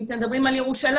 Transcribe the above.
אם אתם מדברים על ירושלים,